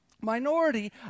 Minority